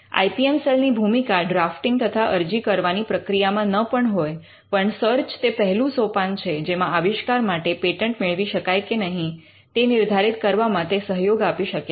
I P M cell ની ભૂમિકા drafting તથા અરજી કરવાની પ્રક્રિયામાં ન પણ હોય પણ સર્ચ તે પહેલું સોપાન છે જેમાં આવિષ્કાર માટે પેટન્ટ મેળવી શકાય કે નહીંતો તે નિર્ધારિત કરવામાં તે સહયોગ આપી શકે છે